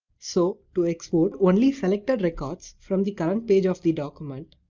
so to export only selected records from the current page of the document.